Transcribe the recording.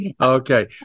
okay